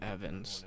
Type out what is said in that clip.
Evans